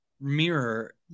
mirror